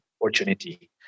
opportunity